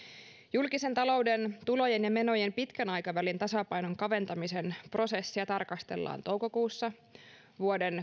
julkisen talouden tulojen ja menojen pitkän aikavälin tasapainon kaventamisen prosessia tarkastellaan toukokuussa vuoden